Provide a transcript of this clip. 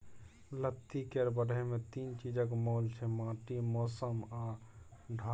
लत्ती केर बढ़य मे तीन चीजक मोल छै माटि, मौसम आ ढाठ